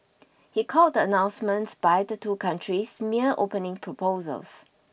he called the announcements by the two countries mere opening proposals